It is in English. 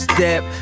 Step